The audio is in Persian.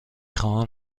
خواهم